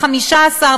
15,